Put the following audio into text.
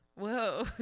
Whoa